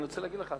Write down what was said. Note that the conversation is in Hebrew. אני רוצה להגיד לך,